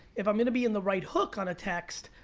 if i'm gonna be in the right hook on a text,